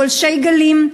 ובגולשי גלים,